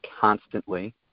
constantly